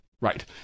Right